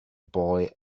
boy